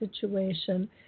situation